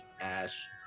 Ash